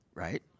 Right